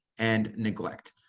and neglect.